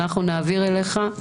אנחנו נעביר אליך.